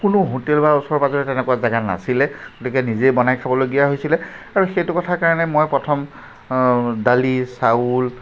কোনো হোটেল বা ওচৰে পাঁজৰে তেনেকুৱা জেগা নাছিলে গতিকে নিজে বনাই খাবলগীয়া হৈছিলে আৰু সেইটো কথাৰ কাৰণে মই প্ৰথম দালি চাউল